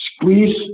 squeeze